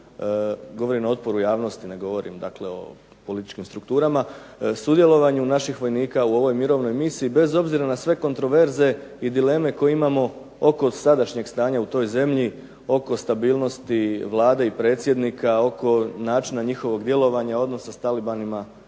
govorim o otporu javnosti ne govorim o političkim strukturama, sudjelovanju naših vojnika u ovoj mirovnoj misiji, bez obzira na sve kontroverze i dileme koje imamo oko sadašnjeg stanja u toj zemlji, oko stabilnosti Vlade i predsjednika, oko načina njihovog djelovanja, odnosa sa talibanima